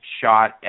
shot